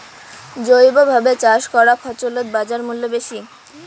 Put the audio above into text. জৈবভাবে চাষ করা ফছলত বাজারমূল্য বেশি